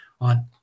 on